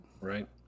right